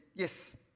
Yes